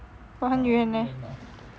but 很远啊